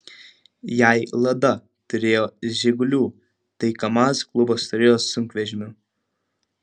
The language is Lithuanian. jei lada turėjo žigulių tai kamaz klubas turėjo sunkvežimių